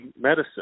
medicine